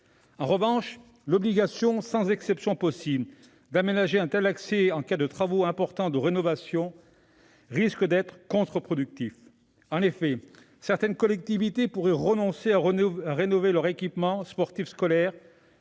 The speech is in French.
En revanche, l'obligation, sans exception possible, d'aménager un tel accès, en cas de travaux importants de rénovation, risque d'être contre-productive. En effet, certaines collectivités pourraient renoncer à rénover leurs équipements sportifs scolaires